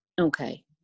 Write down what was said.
Okay